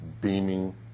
beaming